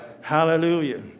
Hallelujah